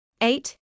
Eight